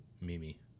Mimi